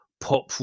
pop